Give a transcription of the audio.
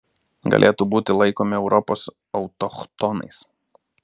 galėtų būti laikomi europos autochtonais